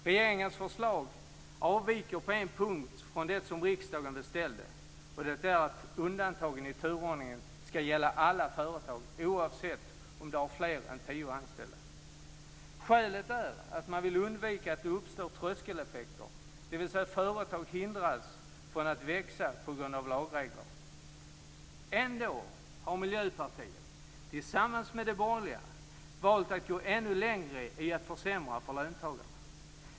Regeringens förslag avviker på en punkt från det som riksdagen beställde, nämligen att undantagen i turordningen ska gälla i alla företag oavsett om de har fler än tio anställda. Skälet är att man vill undvika att det uppstår "tröskeleffekter", dvs. att företag hindras från att växa på grund av lagregler. Ändå har Miljöpartiet tillsammans med de borgerliga valt att gå ännu längre i att försämra för löntagarna.